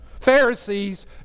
Pharisees